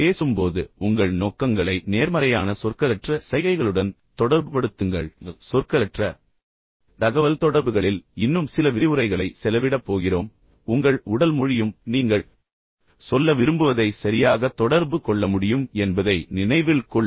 பேசும்போது உங்கள் நோக்கங்களை நேர்மறையான சொற்களற்ற சைகைகளுடன் தொடர்புபடுத்துங்கள் சொற்களற்ற தகவல்தொடர்புகளில் இன்னும் சில விரிவுரைகளை செலவிடப் போகிறோம் ஆனால் இப்போது உங்கள் உடல் மொழியும் நீங்கள் சொல்ல விரும்புவதை சரியாக தொடர்பு கொள்ள முடியும் என்பதை நினைவில் கொள்ளுங்கள்